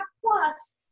Plus